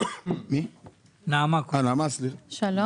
שלום.